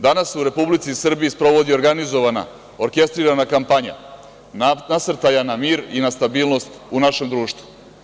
Danas se u Republici Srbiji sprovodi organizovana orkestrirana nasrtaja na mir i na stabilnost u našem društvu.